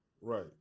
right